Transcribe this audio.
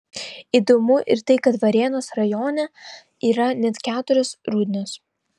įdomu ir tai kad varėnos rajone yra net keturios rudnios